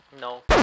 no